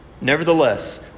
Nevertheless